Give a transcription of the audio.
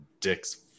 dicks